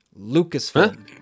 Lucasfilm